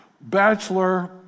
bachelor